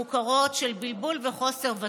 מוכרות: בלבול וחוסר ודאות.